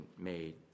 made